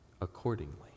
accordingly